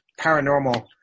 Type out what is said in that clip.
paranormal